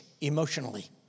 emotionally